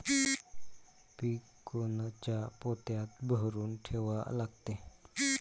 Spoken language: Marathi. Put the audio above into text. पीक कोनच्या पोत्यात भरून ठेवा लागते?